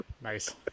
Nice